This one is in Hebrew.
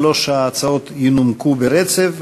שלוש ההצעות ינומקו ברצף,